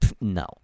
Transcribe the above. no